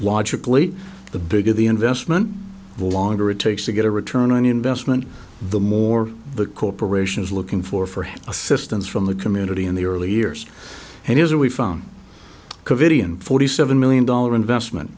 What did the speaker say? logically the bigger the investment the longer it takes to get a return on investment the more the corporation is looking for for assistance from the community in the early years and years are we found covidien forty seven million dollar investment